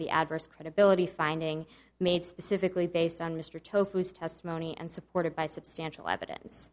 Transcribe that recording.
the adverse credibility finding made specifically based on mr tofu monye and supported by substantial eviden